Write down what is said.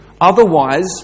Otherwise